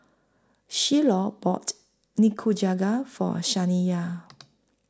Shiloh bought Nikujaga For Saniya